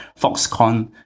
foxconn